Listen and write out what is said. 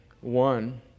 one